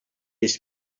his